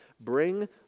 Bring